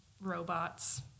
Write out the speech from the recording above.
robots